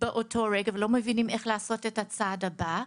באותו רגע ולא מבינות איך לעשות את הצעד הבא,